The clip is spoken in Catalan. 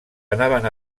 anaven